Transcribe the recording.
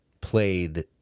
played